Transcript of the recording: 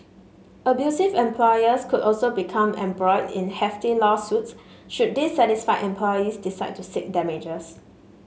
abusive employers could also become embroiled in hefty lawsuits should dissatisfied employees decide to seek damages